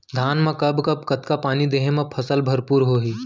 धान मा कब कब कतका पानी देहे मा फसल भरपूर होही?